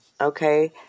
okay